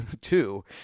two